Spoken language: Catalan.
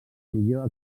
millor